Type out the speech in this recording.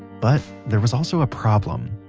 but there was also a problem.